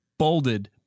bolded